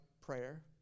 prayer